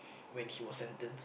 when he was sentenced